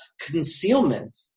concealment